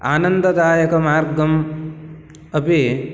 आनन्ददायकमार्गम् अपि